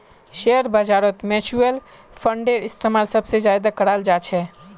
share बाजारत mutual फंडेर इस्तेमाल सबसे ज्यादा कराल जा छे